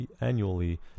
annually